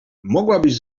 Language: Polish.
mogłabyś